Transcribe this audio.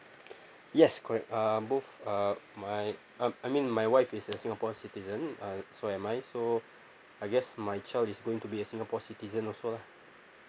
yes correct um both uh my uh I mean my wife is a singapore citizen uh so am I so I guess my child is going to be a singapore citizen also lah